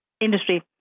industry